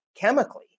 chemically